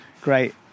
great